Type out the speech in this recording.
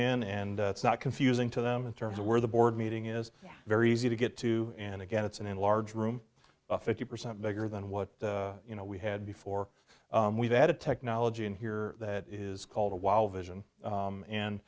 in and it's not confusing to them in terms of where the board meeting is very easy to get to and again it's an enlarged room fifty percent bigger than what you know we had before or we've had a technology in here that is called a while vision